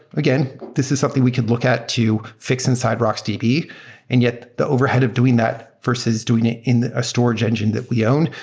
again, this is something we could look at to fix inside rocksdb, and yet the overhead of doing that versus doing it in a storage engine that we own,